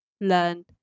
learn